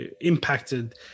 impacted